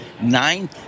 nine